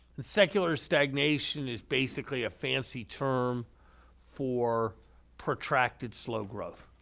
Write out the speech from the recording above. and secular stagnation is basically a fancy term for protracted slow growth.